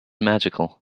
magical